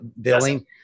billing